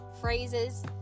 phrases